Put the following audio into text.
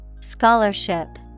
scholarship